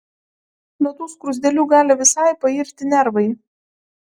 nuo tų skruzdėlių gali visai pairti nervai